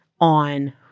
on